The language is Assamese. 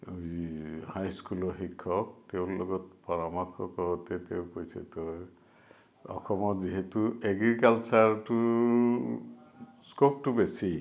হাইস্কুলৰ শিক্ষক তেওঁৰ লগত পৰামৰ্শ কৰোঁতে তেওঁ কৈছে তই অসমত যিহেতু এগ্ৰিকালচাৰটোৰ স্ক'পটো বেছি